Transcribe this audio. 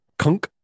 kunk